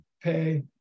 pay